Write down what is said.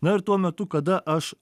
na ir tuo metu kada aš